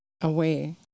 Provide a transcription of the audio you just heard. away